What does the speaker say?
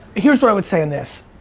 here's what i would say in this.